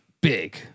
big